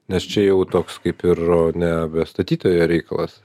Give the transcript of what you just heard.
nes čia jau toks kaip ir nebe statytojo reikalas